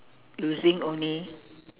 using only